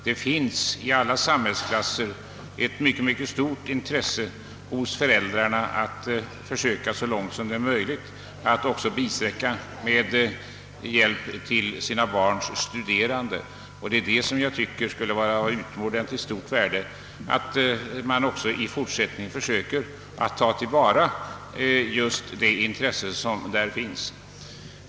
Det finns i alla samhällsklasser ett mycket, mycket stort intresse hos föräld rarna att försöka så långt möjligt också bisträcka med hjälp till sina barns studier. Jag tycker att det skulle vara av utomordentligt stort värde att också i fortsättningen försöka ta till vara just det intresse som finns där.